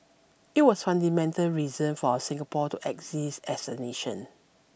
it was fundamental reason for our Singapore to exist as a nation